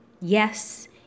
Yes